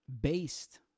based